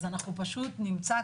אז אנחנו פשוט נמצא,